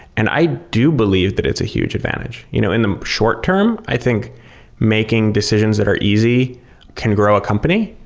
and i do believe that it's a huge advantage. you know in the short term, i think making decisions that are easy can grow a company.